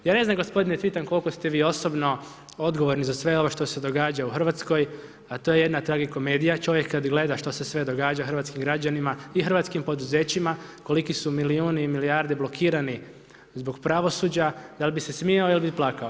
Ja ne znam, gospodine Cvitan, koliko ste vi osobno odgovorni za sve ovo što se događa u Hrvatskoj, a to je jedna trag i komedija, čovjek kada gleda što se sve događa hrvatskim građanima i hrvatskim poduzećima, koliki su milijuni i milijardi blokirani zbog pravosuđa, dal bi se smijao ili bi plakao.